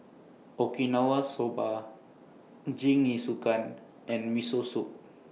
Okinawa Soba Jingisukan and Miso Soup